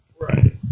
Right